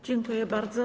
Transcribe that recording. Dziękuję bardzo.